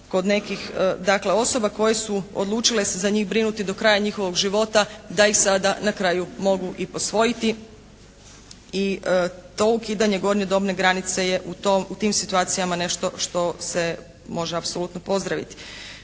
kod nekih dakle osoba koje su odlučile se za njih brinuti do kraja njihovog života da ih sada na kraju mogu i posvojiti i to ukidanje gornje dobne granice je u tim situacijama nešto što se može apsolutno pozdraviti.